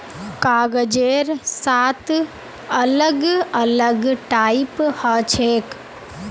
कागजेर सात अलग अलग टाइप हछेक